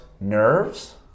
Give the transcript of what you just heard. nerves